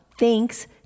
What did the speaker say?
thanks